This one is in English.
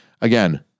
again